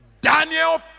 Daniel